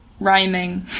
rhyming